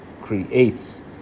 creates